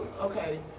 Okay